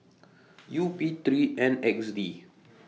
U P three N X D